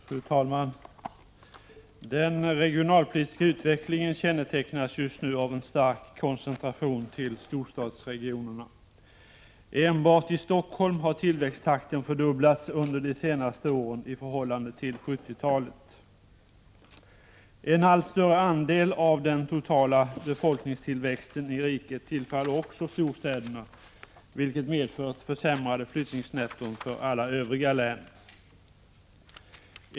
Fru talman! Den regionalpolitiska utvecklingen kännetecknas just nu av en stark koncentration till storstadsregionerna. Enbart i Stockholm har tillväxttakten fördubblats under de senaste åren i förhållande till 70-talet. En allt större andel av den totala befolkningstillväxten i riket tillfaller också storstäderna, vilket medfört försämrade flyttningsnetton för alla övriga län.